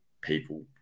people